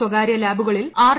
സ്വകാര്യ ലാബുകളിൽ ആർ